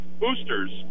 boosters